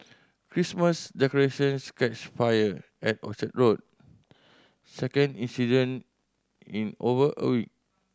Christmas decorations catch fire at Orchard Road second incident in over